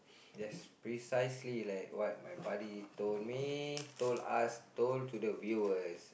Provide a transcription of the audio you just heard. yes precisely like what my buddy told me told us told to the viewers